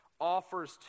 offers